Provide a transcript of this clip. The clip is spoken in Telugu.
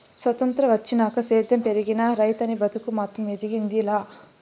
సొత్రంతం వచ్చినాక సేద్యం పెరిగినా, రైతనీ బతుకు మాత్రం ఎదిగింది లా